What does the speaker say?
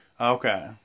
Okay